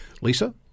Lisa